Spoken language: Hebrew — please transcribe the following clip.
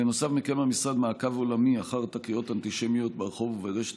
בנוסף מקיים המשרד מעקב עולמי אחר תקריות אנטישמיות ברחוב וברשת